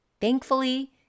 Thankfully